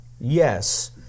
yes